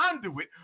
conduit